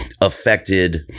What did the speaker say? affected